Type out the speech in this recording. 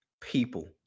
people